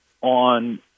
on